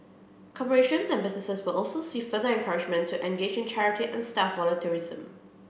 corporations and businesses will also see further encouragement to engage in charity and staff volunteerism